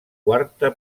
quarta